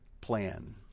plan